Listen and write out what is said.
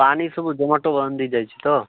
ପାଣି ସବୁ ଜମାଟ ବାନ୍ଧି ଯାଇଛି ତ